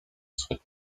swych